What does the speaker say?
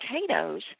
potatoes